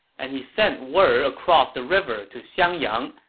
and he sent word across the river to xiangyang,